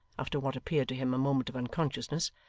after what appeared to him a moment of unconsciousness